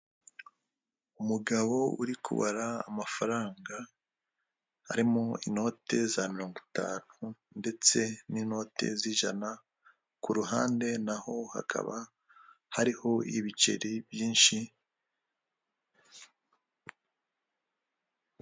Umugabo uri kubara amafaranga, harimo inote za mirongo itanu, ndetse n'inote z'ijana ku ruhande naho hakaba hariho ibiceri byinshi.